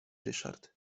ryszard